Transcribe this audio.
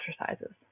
exercises